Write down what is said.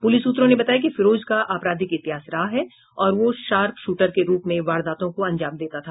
police सूत्रों ने बताया कि फिरोज का आपराधिक इतिहास रहा है और वह शार्प शूटर के रूप में वारदातों को अंजाम देता था